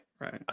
Right